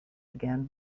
again